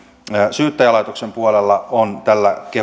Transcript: syyttäjälaitoksen puolella on tällä